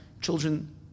children